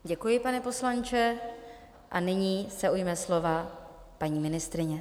Děkuji, pane poslanče, a nyní se ujme slova paní ministryně.